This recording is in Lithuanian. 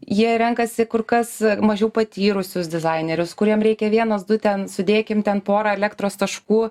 jie renkasi kur kas mažiau patyrusius dizainerius kuriem reikia vienas du ten sudėkim ten porą elektros taškų